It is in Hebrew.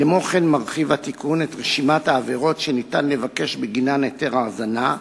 כמו כן מורחבת בתיקון רשימת העבירות שאפשר לבקש בגינן היתר האזנה,